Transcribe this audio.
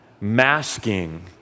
masking